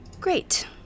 Great